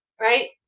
right